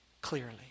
clearly